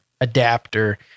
adapter